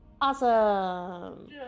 Awesome